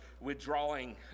withdrawing